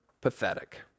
pathetic